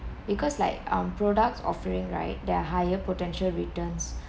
because like um products offering right there are higher potential returns